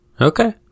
Okay